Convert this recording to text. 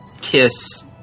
KISS